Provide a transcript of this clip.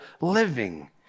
living